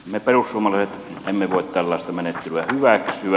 me perussuomalaiset emme voi tällaista menettelyä hyväksyä